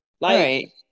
Right